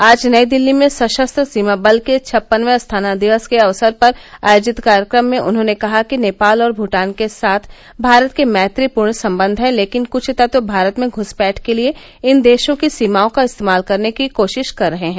आज नई दिल्ली में सशस्त्र सीमा बल के छप्पनवें स्थापना दिवस के अवसर पर आयोजित कार्यक्रम में उन्होंने कहा कि नेपाल और भूटान के साथ भारत के मैत्रीपूर्ण सम्बन्ध हैं लेकिन कुछ तत्व भारत में घुसपैठ के लिए इन देशों की सीमाओं का इस्तेमाल करने की कोशिश कर रहे हैं